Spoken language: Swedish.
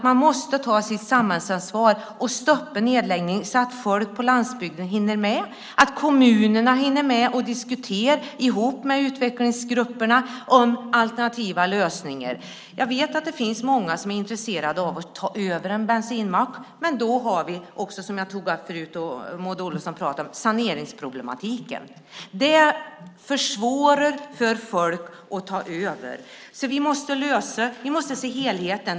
Man måste ta sitt samhällsansvar och stoppa nedläggningen, så att folk på landsbygden och kommunerna hinner med att diskutera ihop med utvecklingsgrupperna om alternativa lösningar. Jag vet att det finns många som är intresserade av att ta över en bensinmack. Men då har vi också saneringsproblematiken, som jag tog upp förut och som Maud Olofsson pratade om. Den försvårar för folk att ta över. Vi måste lösa detta. Vi måste se helheten.